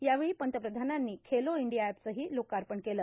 यावेळी पंतप्रधानांनी खेलो इंडिया एपचं लोकार्पण केलं